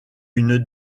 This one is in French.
une